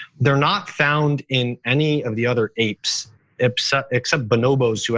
they're not found in any of the other apes except except bonobos, yeah